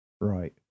Right